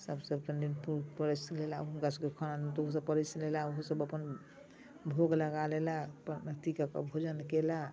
सभसँ पहिने पुरुष परसि लेलाह हुनकासभके खाना देलहुँ तऽ ओसभ परसि लेलाह ओहोसभ अपन भोग लगा लेलाह अपन अथी कऽ के भोजन केलाह